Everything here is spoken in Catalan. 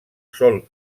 sol